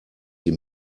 sie